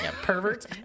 perverts